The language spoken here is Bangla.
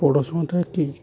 পড়াশুনটাকে